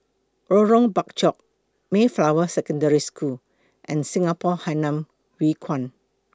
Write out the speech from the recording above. Lorong Bachok Mayflower Secondary School and Singapore Hainan Hwee Kuan